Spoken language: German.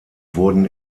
wurden